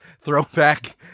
throwback